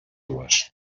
dues